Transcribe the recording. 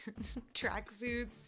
tracksuits